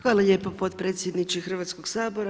Hvala lijepo potpredsjedniče Hrvatskog sabora.